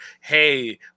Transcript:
hey